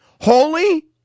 holy